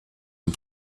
and